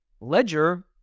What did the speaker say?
Ledger